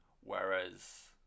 Whereas